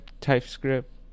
TypeScript